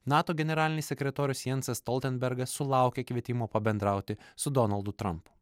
nato generalinis sekretorius jansas stoltenbergas sulaukė kvietimo pabendrauti su donaldu trampu